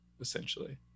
essentially